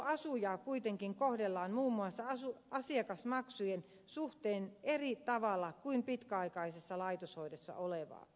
palveluasujaa kuitenkin kohdellaan muun muassa asiakasmaksujen suhteen eri tavalla kuin pitkäaikaisessa laitoshoidossa olevaa